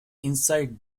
inside